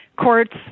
courts –